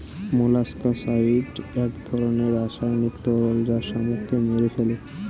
molluscicide মানে এক ধরনের রাসায়নিক তরল যা শামুককে মেরে ফেলে